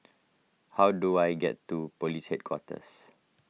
how do I get to Police Headquarters